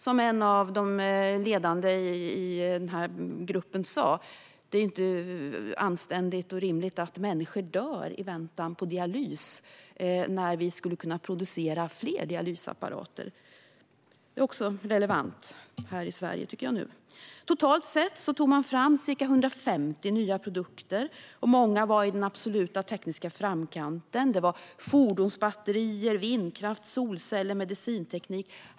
Som en av de ledande i den här gruppen sa: Det är inte anständigt och rimligt att människor dör i väntan på dialys när vi skulle kunna producera fler dialysapparater. Detta är också relevant nu här i Sverige, tycker jag. Totalt sett tog man fram ca 150 nya produkter. Många var i den absoluta tekniska framkanten. Det handlade till exempel om fordonsbatterier, vindkraft, solceller och medicinteknik.